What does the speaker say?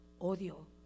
Odio